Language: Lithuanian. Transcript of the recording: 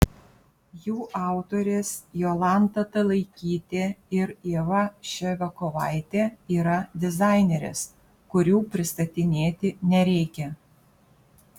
jų autorės jolanta talaikytė ir ieva ševiakovaitė yra dizainerės kurių pristatinėti nereikia